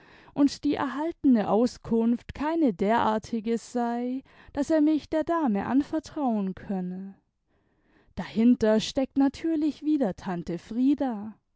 und die erhaltene auskunft keine derartige sei daß er mich der dame anvertrauen könne dahinter steckt natürlich wieder tante frieda